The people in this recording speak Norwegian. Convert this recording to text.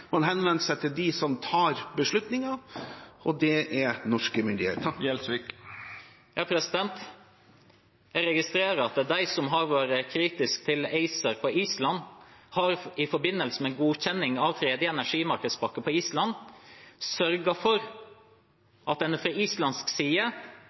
norske myndigheter. Jeg registrerer at de som har vært kritiske til ACER på Island, i forbindelse med godkjenning av tredje energimarkedspakke på Island,